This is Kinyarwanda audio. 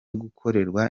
gukorerwa